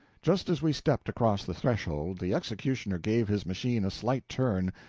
just as we stepped across the threshold the executioner gave his machine a slight turn,